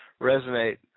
resonate